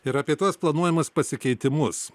ir apie tuos planuojamus pasikeitimus